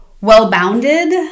well-bounded